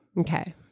Okay